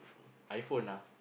iPhone ah